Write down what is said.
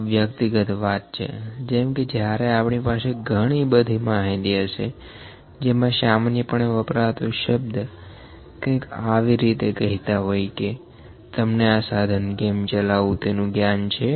તે એક વ્યક્તિગત વાત છે જેમ કે જ્યારે આપણી પાસે ઘણી બધી માહિતી હશે જેમાં સામાન્યપણે વપરાતો શબ્દ કંઈક આવી રીતે કહેતા હોઈ કે તમને આં સાધન કેમ ચલાવવું તેનું જ્ઞાન છે